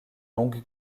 longue